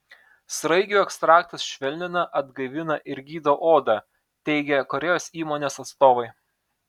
sraigių ekstraktas švelnina atgaivina ir gydo odą teigią korėjos įmonės atstovai